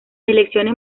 elecciones